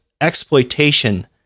exploitation